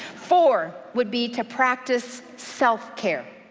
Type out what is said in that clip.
four, would be to practice self-care.